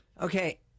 Okay